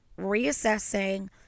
reassessing